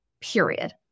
period